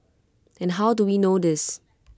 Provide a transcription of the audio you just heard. and how do we know this